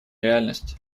реальность